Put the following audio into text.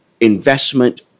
investment